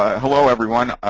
hello everyone.